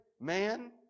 man